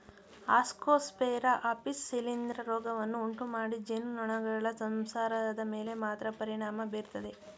Ascosphaera apis ಶಿಲೀಂಧ್ರ ರೋಗವನ್ನು ಉಂಟುಮಾಡಿ ಜೇನುನೊಣಗಳ ಸಂಸಾರದ ಮೇಲೆ ಮಾತ್ರ ಪರಿಣಾಮ ಬೀರ್ತದೆ